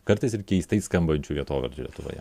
kartais ir keistai skambančių vietovardžių lietuvoje